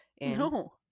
No